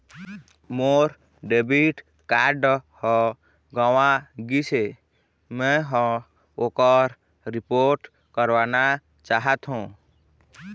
मोर debit card ह गंवा गिसे, मै ह ओकर रिपोर्ट करवाना चाहथों